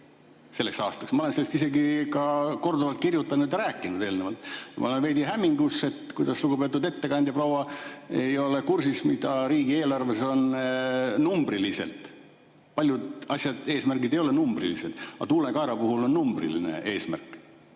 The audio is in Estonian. selleks aastaks. Ma olen sellest isegi eelnevalt korduvalt kirjutanud ja rääkinud. Ma olen veidi hämmingus, kuidas lugupeetud ettekandjaproua ei ole kursis, mis riigieelarves on numbriliselt [kirjas]. Paljud asjad, eesmärgid ei ole numbrilised, aga tuulekaera puhul on numbriline eesmärk.